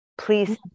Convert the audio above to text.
please